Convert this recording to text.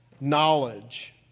knowledge